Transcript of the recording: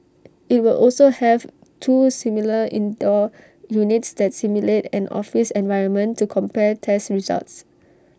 IT will also have two similar indoor units that simulate an office environment to compare tests results